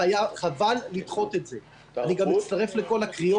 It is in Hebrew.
וחבל שהפעם